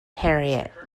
harriett